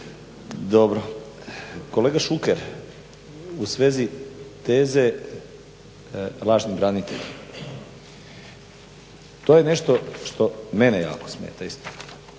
Kolega Šuker u svezi teze lažnih branitelja, to je nešto što mene jako smeta podjela